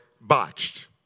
botched